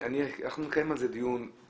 אנחנו נקיים על זה דיון,